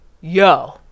yo